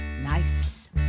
Nice